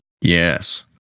yes